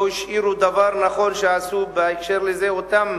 לא השאירו דבר נכון שעשו בקשר לזה אותם